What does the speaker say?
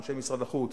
אנשי משרד החוץ,